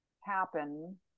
happen